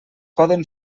poden